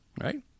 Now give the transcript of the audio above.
right